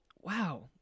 Wow